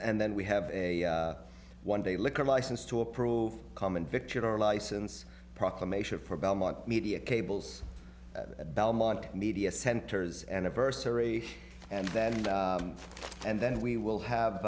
and then we have a one day liquor license to approve common victor license proclamation for belmont media cables at belmont media centers anniversary and then and then we will have